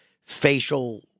facial